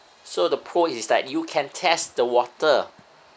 so the pool is like you can test the water